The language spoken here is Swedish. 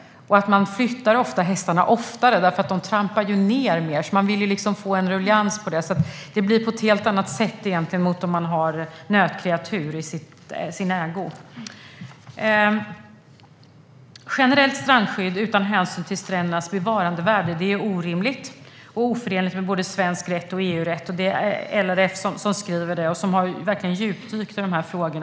Eftersom hästar trampar ned mer flyttar man dem oftare, och man vill få en ruljans. Det blir något helt annat än om man har nötkreatur i sin ägo. Ett generellt strandskydd utan hänsyn till strändernas bevarandevärde är orimligt och oförenligt med både svensk rätt och EU-rätt. Detta skriver LRF om. De har djupdykt i dessa frågor.